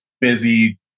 busy